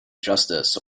justice